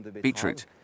beetroot